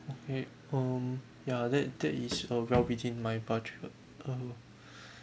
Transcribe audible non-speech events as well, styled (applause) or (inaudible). okay um ya that that is a well within my budget uh (breath)